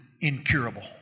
incurable